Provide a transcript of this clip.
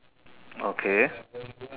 okay